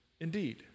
indeed